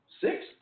six